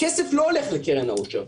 הכסף לא הולך לקרן העושר.